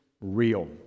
real